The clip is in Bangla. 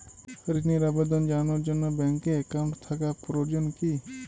ঋণের আবেদন জানানোর জন্য ব্যাঙ্কে অ্যাকাউন্ট থাকা প্রয়োজন কী?